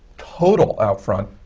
total out front,